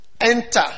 Enter